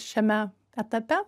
šiame etape